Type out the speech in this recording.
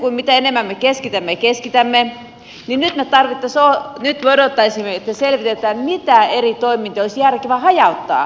eli mitä enemmän me keskitämme ja keskitämme niin nyt me odottaisimme että selvitetään mitä eri toimintoja olisi järkevä hajauttaa